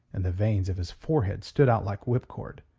and the veins of his forehead stood out like whipcord.